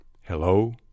hello